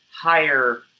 higher